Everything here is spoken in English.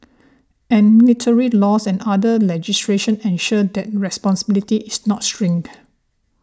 and military laws and other legislation ensure that responsibility is not shirked